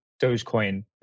Dogecoin